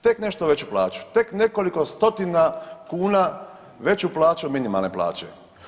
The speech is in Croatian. Tek nešto veću plaću, tek nekoliko stotina kuna veću plaću od minimalne plaće.